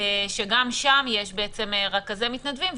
שגם שם יש רכזי מתנדבים,